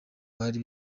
bari